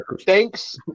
thanks